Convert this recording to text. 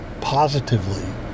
positively